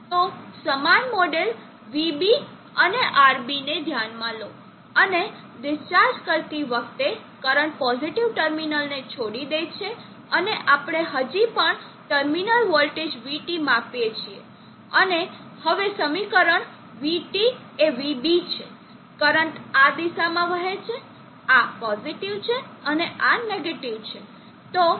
તો સમાન model vB અને RB ને ધ્યાનમાં લો અને ડિસ્ચાર્જ કરતી વખતે કરંટ પોઝિટીવ ટર્મિનલને છોડી દે છે અને આપણે હજી પણ ટર્મિનલ વોલ્ટેજ vT માપીએ છીએ અને હવે સમીકરણ vT એ vB છે કરંટ આ દિશા માં વહે છે આ પોઝિટીવ છે અને આ નેગેટીવ છે